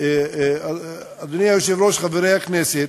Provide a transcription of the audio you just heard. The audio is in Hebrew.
אדוני היושב-ראש, חברי הכנסת,